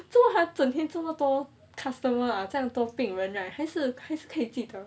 做么他整天这么多 customer ah 很多病人 right 还是还是可以记得